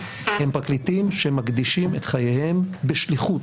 הם פרקליטים שמקדישים את חייהם בשליחות,